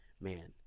Man